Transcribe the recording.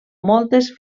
moltes